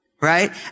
right